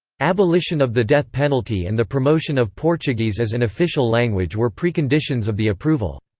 abolition of the death penalty and the promotion of portuguese as an official language were preconditions of the approval.